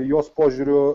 jos požiūriu